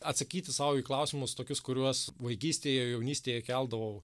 atsakyti sau į klausimus tokius kuriuos vaikystėj jaunystėj keldavau